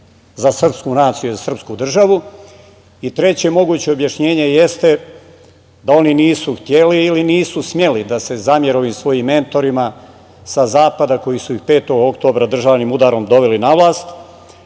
za srpsku naciju i za srpsku državu i treće moguće objašnjenje jeste da oni nisu hteli ili nisu smeli da se zamere ovim svojim mentorima sa zapada koji su ih 5. oktobra državnim udarom doveli na vlast,